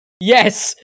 Yes